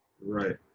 Right